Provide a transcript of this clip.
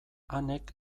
anek